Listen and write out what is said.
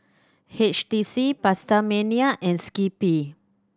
H T C PastaMania and Skippy